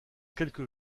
quelques